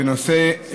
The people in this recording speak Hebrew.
בנושא: